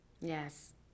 Yes